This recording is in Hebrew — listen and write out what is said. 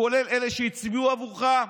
כולל אלה שהצביעו עבורך,